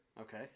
Okay